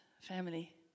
family